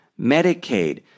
Medicaid